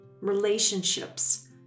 relationships